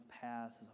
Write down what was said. paths